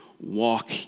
walk